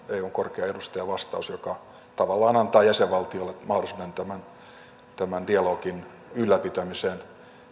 eun korkean edustajan vastaus joka tavallaan antaa jäsenvaltiolle mahdollisuuden tämän dialogin ylläpitämiseen